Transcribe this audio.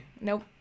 Nope